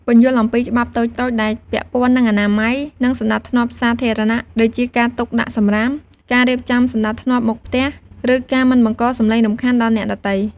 ពន្យល់អំពីច្បាប់តូចៗដែលពាក់ព័ន្ធនឹង អនាម័យ និងសណ្ដាប់ធ្នាប់សាធារណៈ ដូចជាការទុកដាក់សំរាម ការរៀបចំសណ្តាប់ធ្នាប់មុខផ្ទះ ឬការមិនបង្កសំឡេងរំខានដល់អ្នកដទៃ។